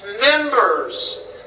members